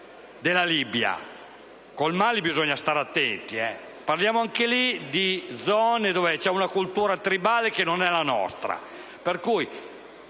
della Libia. Con il Mali bisogna stare attenti. Parliamo di zone in cui c'è una cultura tribale che non è la nostra.